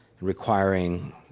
requiring